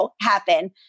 happen